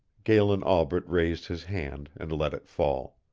galen albret raised his hand and let it fall.